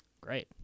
Great